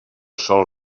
sol